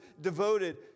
devoted